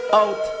out